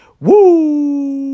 Woo